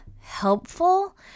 helpful